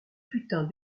putain